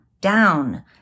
down